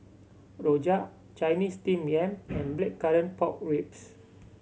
Rojak Chinese Steamed Yam and Blackcurrant Pork Ribs